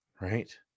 right